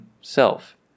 self